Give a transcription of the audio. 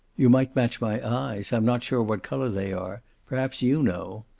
you might match my eyes. i'm not sure what color they are. perhaps you know.